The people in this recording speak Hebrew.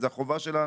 זו החובה שלנו,